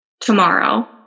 tomorrow